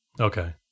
Okay